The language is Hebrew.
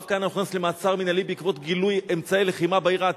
הרב כהנא הוכנס למעצר מינהלי בעקבות גילוי אמצעי לחימה בעיר העתיקה.